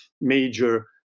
major